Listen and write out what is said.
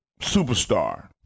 superstar